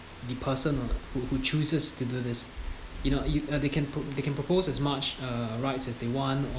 the personal who who chooses to do this you know you uh they can pro~ they can propose as much err right as they want or